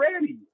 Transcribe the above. ready